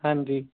ਹਾਂਜੀ